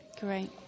Great